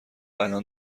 الان